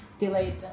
delayed